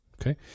Okay